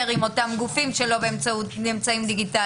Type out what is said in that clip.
עם אותם גופים שלא באמצעים דיגיטליים,